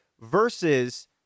versus